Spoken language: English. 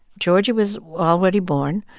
georgie was already born.